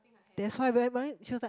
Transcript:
that's why where when I she was like